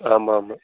ஆமாம்